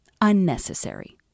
unnecessary